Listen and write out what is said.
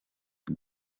ari